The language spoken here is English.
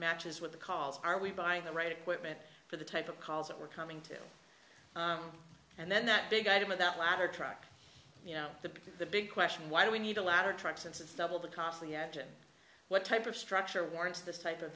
matches what the calls are we buying the right equipment for the type of calls that we're coming to and then that big item of that ladder truck the the big question why do we need a ladder truck since it's double the cost of the engine what type of structure warrants this type of